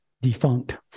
defunct